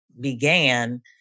began